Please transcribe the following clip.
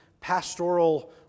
pastoral